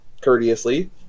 courteously